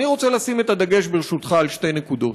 אני רוצה לשים את הדגש, ברשותך, על שתי נקודות: